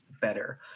better